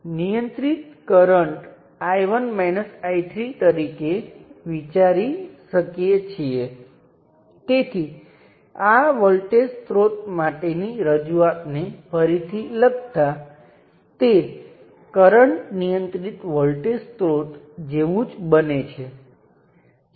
હવે નવી રૂપરેખાં સાથે હું ફરીથી દોરું મારી પાસે બાકીની સર્કિટ છે મારી પાસે પ્રથમ વોલ્ટેજ સ્ત્રોત છે જેને હું આ રીતે દોરીશ કારણ કે મેં તે શોર્ટ સર્કિટ કરી છે